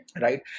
right